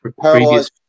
previous